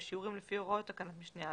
בשיעורים לפי הוראות תקנת משנה (א)."